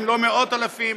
אם לא מאות אלפים,